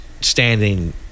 standing